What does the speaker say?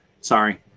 sorry